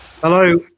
hello